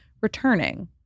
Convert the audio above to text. returning